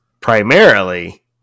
primarily